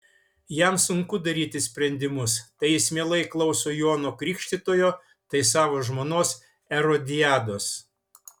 jam sunku daryti sprendimus tai jis mielai klauso jono krikštytojo tai savo žmonos erodiados